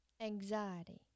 anxiety